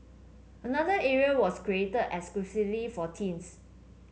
another area was created exclusively for teens